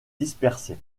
dispersé